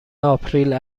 آپریل